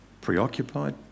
preoccupied